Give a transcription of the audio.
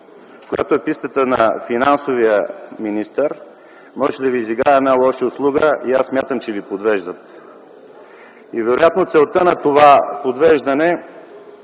която е пистата на финансовия министър, може да Ви изиграе една лоша услуга и аз смятам, че Ви подвеждат. Вероятно целта на това подвеждане